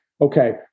okay